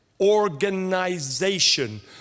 Organization